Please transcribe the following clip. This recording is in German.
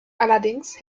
allerdings